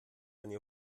eine